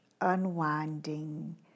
unwinding